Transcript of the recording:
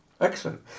Excellent